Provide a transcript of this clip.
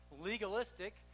legalistic